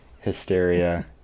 hysteria